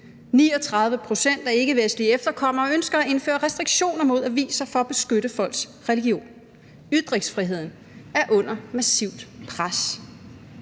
39 pct. af ikkevestlige efterkommere ønsker at indføre restriktioner mod aviser for at beskytte folks religion. Ytringsfriheden er under massivt pres.